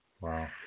Wow